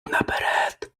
наперед